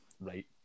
right